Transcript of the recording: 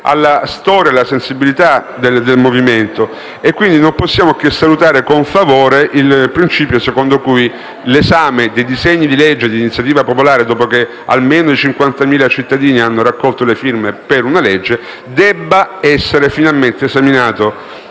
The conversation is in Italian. alla storia e alla sensibilità del Movimento e non possiamo che salutare con favore il principio secondo cui l'esame dei disegni di legge di iniziativa popolare, dopo che almeno 50.000 cittadini hanno raccolto le firme per una legge, debba essere finalmente esaminato